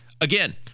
again